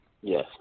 Yes